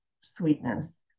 sweetness